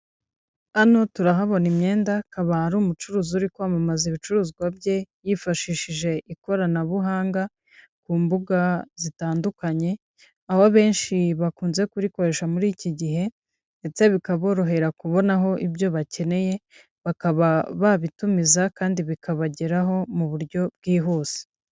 Hano turahabona imyenda akaba ari umucuruzi uri kwamamaza ibicuruzwa bye yifashishije ikoranabuhanga ku mbuga zitandukanye; aho benshi bakunze kurikoresha muri iki gihe ndetse bikaborohera kubonaho ibyo bakeneye; bakaba babitumiza kandi bikabageraho mu buryo bwihuse.